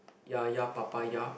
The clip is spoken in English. ya ya papaya